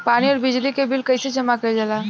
पानी और बिजली के बिल कइसे जमा कइल जाला?